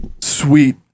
Sweet